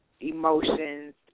emotions